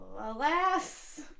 Alas